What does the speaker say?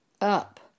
Up